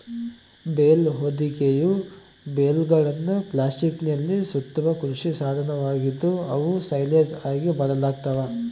bale ಹೊದಿಕೆಯು ಬೇಲ್ಗಳನ್ನು ಪ್ಲಾಸ್ಟಿಕ್ನಲ್ಲಿ ಸುತ್ತುವ ಕೃಷಿ ಸಾಧನವಾಗಿದ್ದು, ಅವು ಸೈಲೇಜ್ ಆಗಿ ಬದಲಾಗ್ತವ